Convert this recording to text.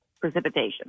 precipitation